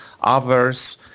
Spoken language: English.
others